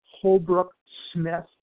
Holbrook-Smith